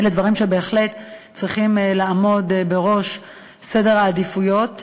אלה דברים שבהחלט צריכים לעמוד בראש סדר העדיפויות.